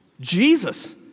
Jesus